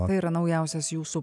tai yra naujausias jūsų